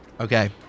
Okay